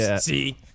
See